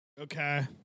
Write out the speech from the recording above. Okay